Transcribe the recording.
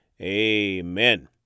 Amen